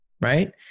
Right